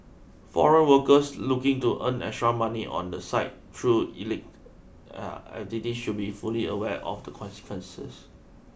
foreign workers looking to earn extra money on the side through illit activities should be fully aware of the consequences